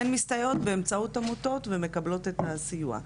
והן מסתייעות באמצעות עמותות ומקבלות את הסיוע.